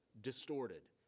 distorted